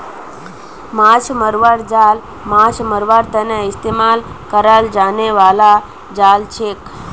माछ मरवार जाल माछ मरवार तने इस्तेमाल कराल जाने बाला जाल हछेक